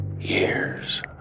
years